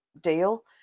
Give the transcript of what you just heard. deal